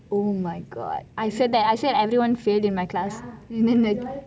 omg I said that everyone failed in my class